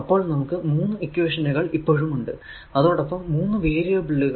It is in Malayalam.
അപ്പോൾ നമുക്ക് മൂന്നു ഇക്വേഷനുകൾ ഇപ്പോഴും ഉണ്ട് അതോടൊപ്പം മൂന്നു വേരിയബിൾ